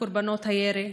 קורבנות ירי.